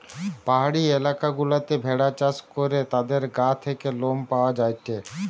পাহাড়ি এলাকা গুলাতে ভেড়া চাষ করে তাদের গা থেকে লোম পাওয়া যায়টে